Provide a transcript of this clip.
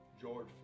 George